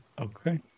Okay